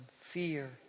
fear